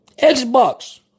Xbox